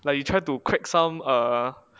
like you try to crack some err